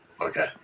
Okay